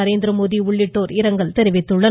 நரேந்திரமோடி உள்ளிட்டோர் இரங்கல் தெரிவித்துள்ளனர்